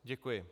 Děkuji.